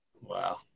wow